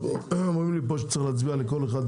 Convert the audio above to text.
אומרים לי פה שצריך להצביע על כל תקנה,